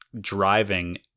driving